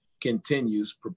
continues